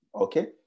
Okay